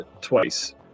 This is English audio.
twice